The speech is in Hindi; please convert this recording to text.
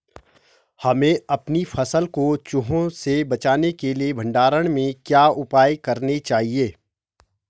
हमें अपनी फसल को चूहों से बचाने के लिए भंडारण में क्या उपाय करने चाहिए?